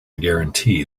guarantee